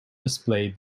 display